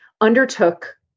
undertook